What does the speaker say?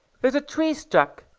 there's a tree struck!